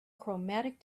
chromatic